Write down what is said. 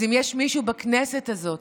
אם יש מישהו בכנסת הזאת